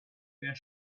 their